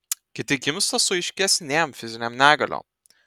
kiti gimsta su aiškesnėm fizinėm negaliom